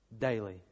daily